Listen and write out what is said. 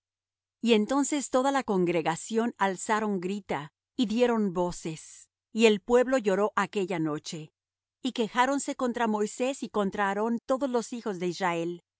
ellos entonces toda la congregación alzaron grita y dieron voces y el pueblo lloró aquella noche y quejáronse contra moisés y contra aarón todos los hijos de israel